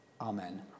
Amen